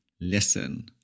listen